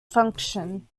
function